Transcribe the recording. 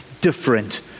different